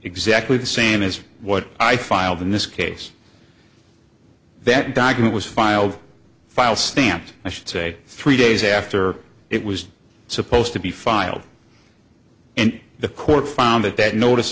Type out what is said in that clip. exactly the same as what i filed in this case that document was filed a file stamped i should say three days after it was supposed to be filed and the court found that that notice